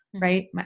Right